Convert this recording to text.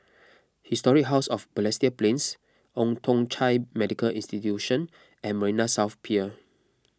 Historic House of Balestier Plains Old Thong Chai Medical Institution and Marina South Pier